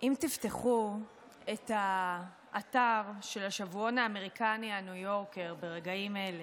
אם תפתחו את האתר של השבועון האמריקני הניו יורקר ברגעים אלה,